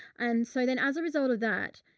and so then as a result of that,